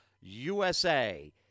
USA